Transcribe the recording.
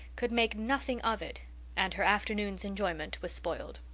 could make nothing of it and her afternoon's enjoyment was spoiled.